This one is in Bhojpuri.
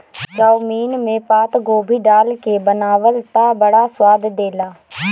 चाउमिन में पातगोभी डाल के बनावअ तअ बड़ा स्वाद देला